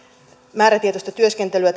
määrätietoista työskentelyä